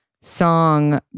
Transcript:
song